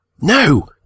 No